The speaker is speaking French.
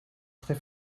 trés